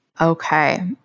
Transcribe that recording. Okay